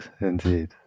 indeed